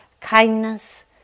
kindness